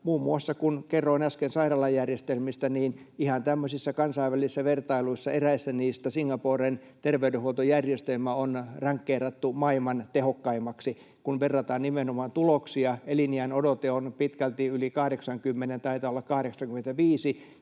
muun muassa, kun kerroin äsken sairaalajärjestelmistä, ihan tämmöisissä kansainvälisissä vertailuissa, eräissä niistä, Singaporen terveydenhuoltojärjestelmä on rankkeerattu maailman tehokkaimmaksi, kun verrataan nimenomaan tuloksia: eliniän odote on pitkälti yli 80:n, taitaa olla 85,